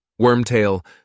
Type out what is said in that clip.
Wormtail